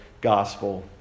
gospel